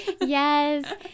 yes